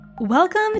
Welcome